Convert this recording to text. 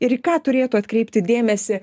ir į ką turėtų atkreipti dėmesį